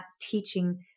teaching